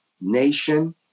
nation